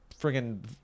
friggin